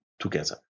together